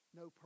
no